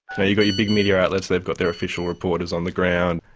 ah your your big media outlets, they've got their official reporters on the ground,